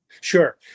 Sure